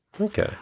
Okay